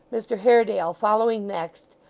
mr haredale following next,